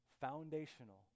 foundational